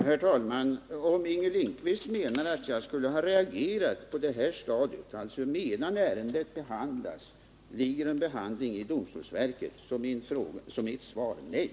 Herr talman! Om Inger Lindquist menar att jag skulle ha reagerat på detta stadium, alltså medan ärendet behandlas i domstolsverket, är mitt svar nej.